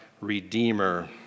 redeemer